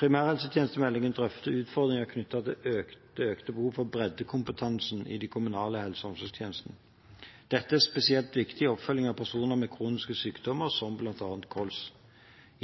Primærhelsetjenestemeldingen drøfter utfordringen knyttet til det økte behovet for breddekompetanse i de kommunale helse- og omsorgstjenestene. Dette er spesielt viktig i oppfølgingen av personer med kroniske sykdommer, som bl.a. kols.